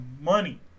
money